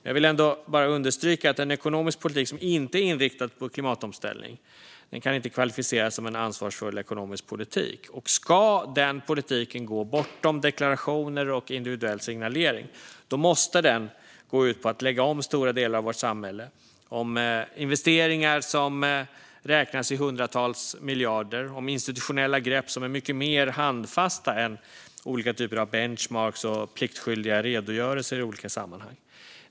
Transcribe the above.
Jag vill bara understryka att en ekonomisk politik som inte är inriktad på klimatomställning inte kan klassificeras som en ansvarsfull ekonomisk politik. Ska den politiken gå bortom deklarationer och individuell signalering måste den gå ut på att lägga om stora delar av vårt samhälle, att göra investeringar som räknas i hundratals miljarder, att ta institutionella grepp som är mycket mer handfasta än olika typer av benchmarking och pliktskyldiga redogörelser i olika sammanhang.